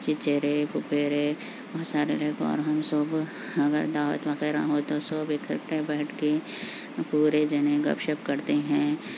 چچیرے پھوپھیرے بہت سارے لوگ اور ہم سب اگر دعوت وغیرہ ہو تو سب اکٹھے بیٹھ کے پورے جنے گپ شپ کرتے ہیں